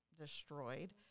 destroyed